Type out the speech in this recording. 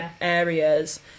areas